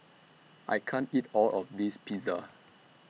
I can't eat All of This Pizza